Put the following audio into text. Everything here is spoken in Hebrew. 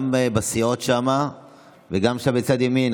גם בסיעות שם וגם שם בצד ימין,